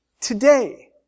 today